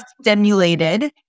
stimulated